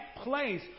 place